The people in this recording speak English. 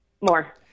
More